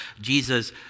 Jesus